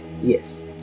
Yes